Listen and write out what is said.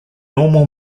normal